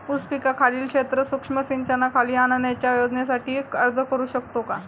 ऊस पिकाखालील क्षेत्र सूक्ष्म सिंचनाखाली आणण्याच्या योजनेसाठी अर्ज करू शकतो का?